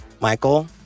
Michael